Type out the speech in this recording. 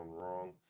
wrong